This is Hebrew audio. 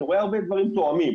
אני רואה הרבה דברים תואמים.